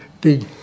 big